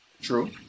True